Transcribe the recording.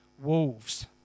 wolves